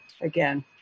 again